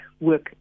work